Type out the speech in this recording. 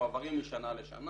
מועברים משנה לשנה,